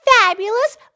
fabulous